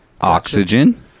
Oxygen